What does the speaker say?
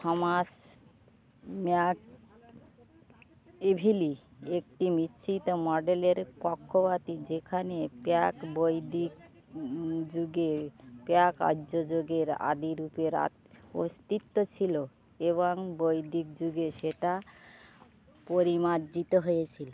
Thomas McEvilley একটি মিশ্রিত মডেলের পক্ষপাতী যেখানে প্রাক বৈদিক যুগে প্রাক আর্য যোগের আদিরূপের আত অস্তিত্ব ছিল এবং বৈদিক যুগে সেটা পরিমার্জিত হয়েছিল